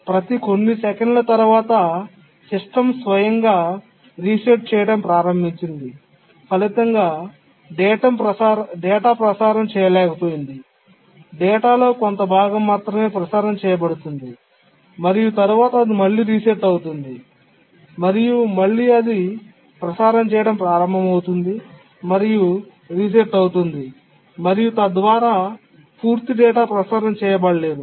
ప్రతి కొన్ని సెకన్ల తర్వాత సిస్టమ్ స్వయంగా రీసెట్ చేయడం ప్రారంభించింది ఫలితంగా డేటా ప్రసారం చేయలేకపోయింది డేటాలో కొంత భాగం మాత్రమే ప్రసారం చేయబడుతుంది మరియు తరువాత అది మళ్లీ రీసెట్ అవుతుంది మరియు మళ్ళీ అది ప్రసారం చేయడం ప్రారంభమవుతుంది మరియు రీసెట్ అవుతుంది మరియు తద్వారా పూర్తి డేటా ప్రసారం చేయబడదు